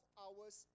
hours